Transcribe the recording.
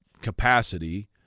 capacity